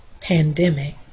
pandemic